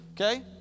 okay